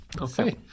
okay